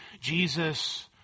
Jesus